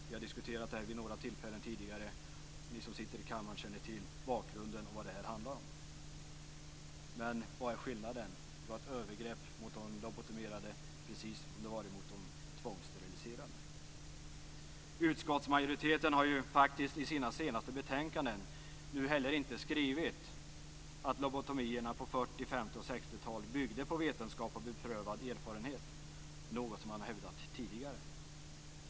Vi har diskuterat den frågan tidigare, och ni som sitter här i kammaren känner till bakgrunden och vad det handlar om. Men vad är skillnaden? Det begicks ett övergrepp mot de lobotomerade precis som mot de tvångssteriliserade. Utskottsmajoriteten har faktiskt i sina senaste betänkanden inte heller skrivit att lobotomierna på 40-, 50 och 60-talen byggde på vetenskap och beprövad erfarenhet, något som man tidigare har hävdat.